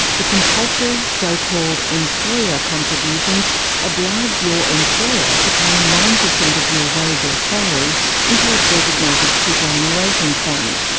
the compulsory so-called employer contributions oblige your employer to pay nine percent of your wage or salary into a designated superannuation fund.